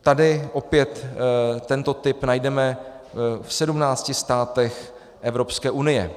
Tady opět tento typ najdeme v 17 státech Evropské unie.